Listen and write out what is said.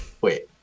Wait